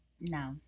No